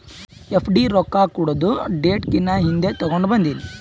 FD ರೊಕ್ಕಾ ಕೊಡದು date ಕಿನಾ ಹಿಂದೆ ತೇಕೊಂಡ್ ಬಂದಿನಿ